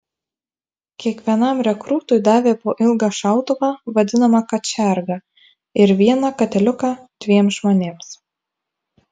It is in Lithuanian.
kiekvienam rekrūtui davė po ilgą šautuvą vadinamą kačergą ir vieną katiliuką dviems žmonėms